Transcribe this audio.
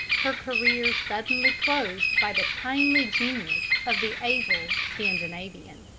her career suddenly closed by the timely genius of the able scandinavian.